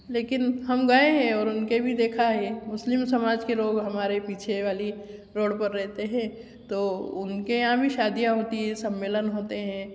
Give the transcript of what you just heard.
लेकिन हम गये हैं उनके भी देखा है मुस्लिम समाज के लोग हमारे पिछे वाली रोड पर रहते हैं तो उनके यहाँ भी शादियाँ होती हैं सम्मेलन होते हैं